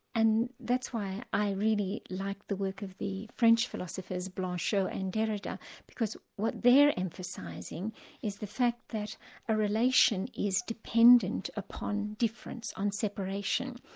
and that's why i really like the work of the french philosophers blanchot and derrida because what they're emphasising is the fact that a relation is dependent upon difference, on separation.